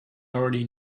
already